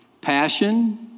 passion